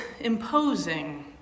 imposing